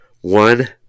one